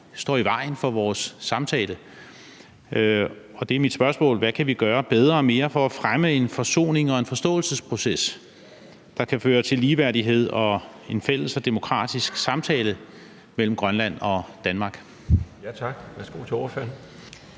står i vejen for vores samtale. Og mit spørgsmål er: Hvad kan vi gøre bedre og mere for at fremme en forsonings- og forståelsesproces, der kan føre til ligeværdighed og en fælles og demokratisk samtale mellem Grønland og Danmark? Kl. 21:41 Den fg.